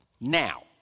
Now